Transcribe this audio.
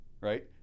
right